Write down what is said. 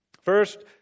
First